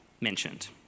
mentioned